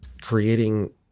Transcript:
creating